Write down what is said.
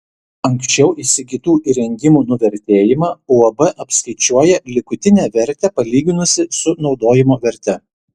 anksčiau įsigytų įrengimų nuvertėjimą uab apskaičiuoja likutinę vertę palyginusi su naudojimo verte